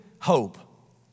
hope